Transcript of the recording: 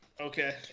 Okay